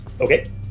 Okay